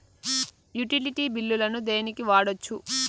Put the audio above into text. Utility బిల్లులను దేనికి వాడొచ్చు?